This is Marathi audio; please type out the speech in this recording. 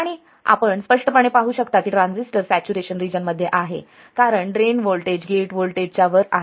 आणि आपण स्पष्टपणे पाहू शकता की ट्रान्झिस्टर सॅच्युरेशन रिजन मध्ये आहे कारण ड्रेन व्होल्टेज गेट व्होल्टेज च्या वर आहे